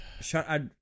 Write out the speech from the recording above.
shut